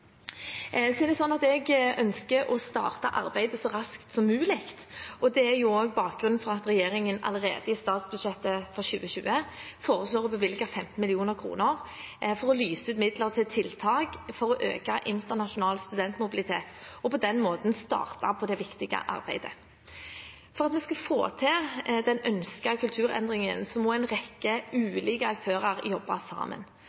Jeg ønsker å starte arbeidet så raskt som mulig. Det er også bakgrunnen for at regjeringen allerede i statsbudsjettet for 2020 foreslår å bevilge 15 mill. kr til å lyse ut midler til tiltak for å øke internasjonal studentmobilitet og på den måten starte på dette viktige arbeidet. For at vi skal få til den ønskede kulturendringen, må en rekke ulike aktører jobbe sammen.